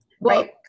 Right